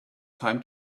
time